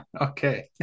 Okay